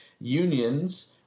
Unions